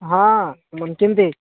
ହଁ କେମିତି